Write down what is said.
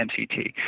MCT